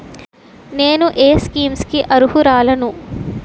నేను ఏ స్కీమ్స్ కి అరుహులను?